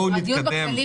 הדיון בכללים